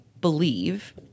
believe